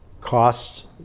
costs